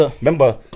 remember